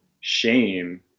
shame